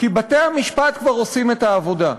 כי בתי-המשפט כבר עושים את העבודה.